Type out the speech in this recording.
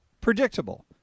predictable